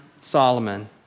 Solomon